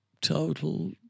total